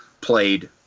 played